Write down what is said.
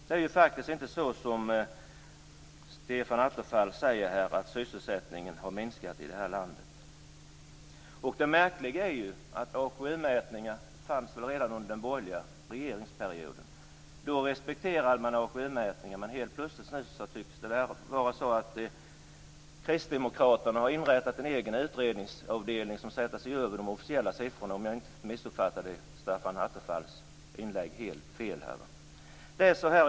Det är faktiskt inte så som Stefan Attefall säger, att sysselsättningen har minskat i det här landet. Det märkliga är detta: AKU mätningar fanns väl redan under den borgerliga regeringsperioden. Då respekterade man AKU-mätningar, men helt plötsligt tycks det nu vara så att kristdemokraterna har inrättat en egen utredningsavdelning som sätter sig över de officiella siffrorna om jag inte uppfattade Stefan Attefalls inlägg helt fel här.